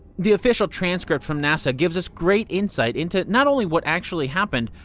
the official transcript from nasa gives us great insight into not only what actually happened,